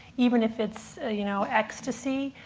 even if it's ah you know ecstasy,